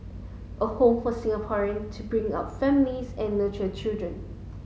a home for Singaporean to bring up families and nurture children